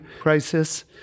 crisis